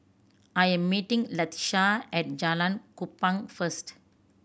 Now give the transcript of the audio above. I am meeting Latisha at Jalan Kupang first